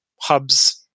hubs